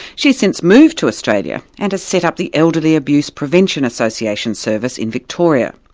she's since moved to australia and has set up the elderly abuse prevention association service in victoria.